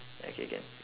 okay can